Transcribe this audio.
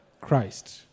Christ